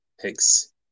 Hicks